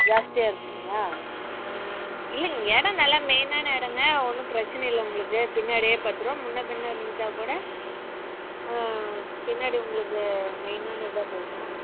ஜாஸ்தியாக இருக்குதுங்களா இல்லைங்க இடம் நல்லா மெயின்னான இடம்ங்க ஒன்றும் பிரச்சனை இல்லை உங்களுக்கு பின்னாடி பத்து ரூபா முன்ன பின்ன இருந்துட்டால் கூட பின்னாடி உங்களுக்கு மெயின்னான இதாக போய்டும்